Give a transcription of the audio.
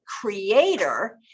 Creator